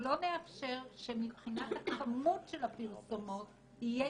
לא נאפשר שמבחינת הכמות של הפרסומות יהיה